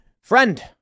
Friend